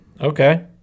okay